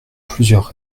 plusieurs